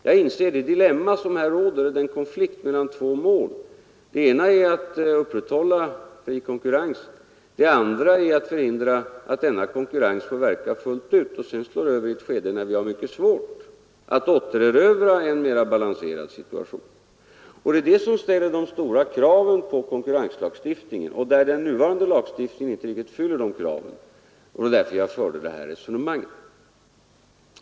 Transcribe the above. Jag inser det dilemma och den konflikt mellan två mål som här råder. Det ena är att nå fri konkurrens, det andra är att förhindra att denna konkurrens får verka fullt ut och sedan slår över i ett skede när vi har mycket svårt att återerövra en mer balanserad situation. Det är det som ställer de stora kraven på konkurrenslagstiftningen, och det är där den nuvarande lagstiftningen inte riktigt fyller kraven. Det var därför jag förde resonemanget.